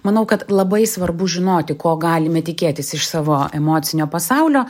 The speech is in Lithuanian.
manau kad labai svarbu žinoti ko galime tikėtis iš savo emocinio pasaulio